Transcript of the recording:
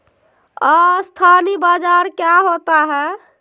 अस्थानी बाजार क्या होता है?